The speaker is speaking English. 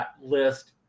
list